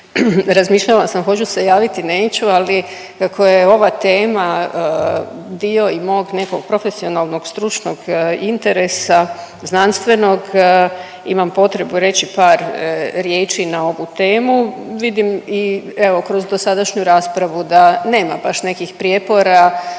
Razmišljala sam hoću se javiti, neću, ali kako je ova tema dio i mog nekog profesionalnog stručnog interesa znanstvenog imam potrebu reći par riječi na ovu temu. Vidim i evo kroz dosadašnju raspravu da nema baš nekih prijepora,